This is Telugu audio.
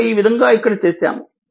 కనుక ఈ విధంగా ఇక్కడ చేసాము